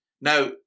Now